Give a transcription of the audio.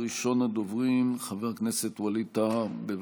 ראשון הדוברים, חבר הכנסת ווליד טאהא, בבקשה.